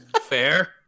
fair